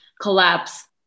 collapse